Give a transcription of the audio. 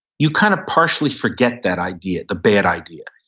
you kind of partially forget that idea, the bad idea.